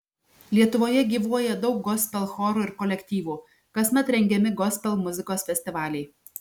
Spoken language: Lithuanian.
lietuvoje gyvuoja daug gospel chorų ir kolektyvų kasmet rengiami gospel muzikos festivaliai